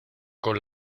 con